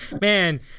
Man